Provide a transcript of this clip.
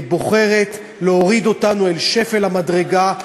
בוחרת להוריד אותנו אל שפל המדרגה,